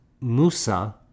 Musa